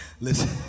listen